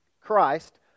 Christ